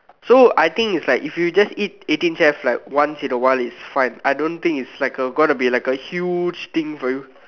so I think it's like if you just eat eighteen chefs like once in a while it's fine I don't think it's like a gonna be like a huge thing for you